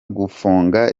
gufunga